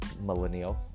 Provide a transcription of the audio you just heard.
millennial